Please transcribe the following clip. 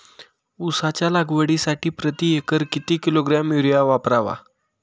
उसाच्या लागवडीसाठी प्रति एकर किती किलोग्रॅम युरिया वापरावा?